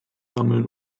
sammeln